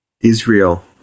Israel